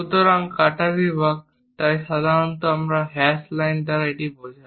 সুতরাং কাটা বিভাগ তাই সাধারণত আমরা হ্যাশ লাইন দ্বারা এটি দেখায়